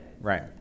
right